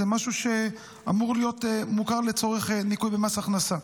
זה משהו שאמור להיות מוכר לצורך ניכוי במס הכנסה.